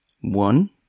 One